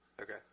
Okay